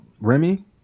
Remy